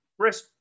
Chris